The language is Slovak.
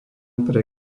pre